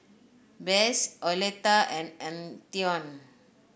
Besse Oleta and Antione